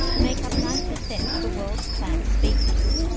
make up ninety percent of the world's plant species.